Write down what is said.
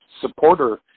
supporter